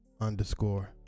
underscore